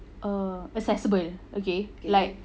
err accessible okay like